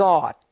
God